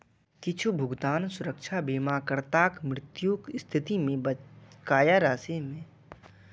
किछु भुगतान सुरक्षा बीमाकर्ताक मृत्युक स्थिति मे बकाया राशि कें निरस्त करै दै छै